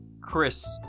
Chris